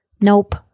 nope